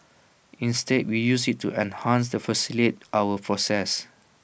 instead we use IT to enhance and facilitate our processes